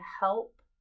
help